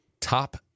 top